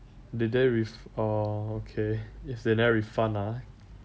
they didn't ref~ oh okay if they never refund ah